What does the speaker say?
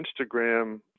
Instagram